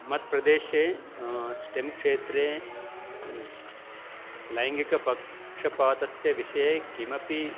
मत्प्रदेशे स्टें क्षेत्रे लैङ्गिकपक्षपातस्य विषये किमपि